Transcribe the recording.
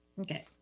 Okay